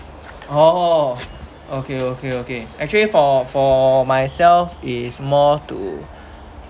oh okay okay okay actually for for myself is more to